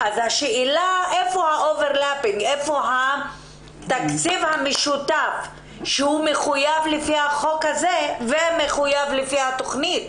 השאלה איפה התקציב המשותף שמחויב לפי החוק הזה ומחויב לפי התכנית?